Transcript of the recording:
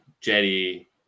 Jetty